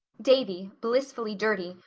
davy, blissfully dirty,